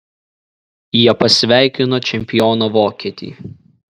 jie pasveikino čempioną vokietį